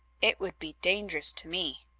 it would be dangerous to me.